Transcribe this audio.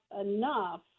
enough